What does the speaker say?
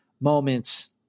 moments